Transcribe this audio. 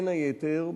בין היתר,